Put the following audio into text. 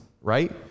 right